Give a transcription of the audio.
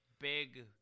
Big